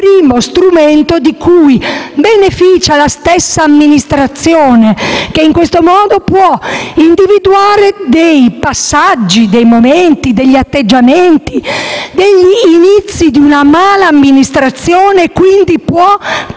il primo strumento di cui beneficia la stessa amministrazione che, in questo modo, può individuare dei passaggi, dei momenti, degli atteggiamenti, degli inizi di una mala amministrazione e, quindi, può, prima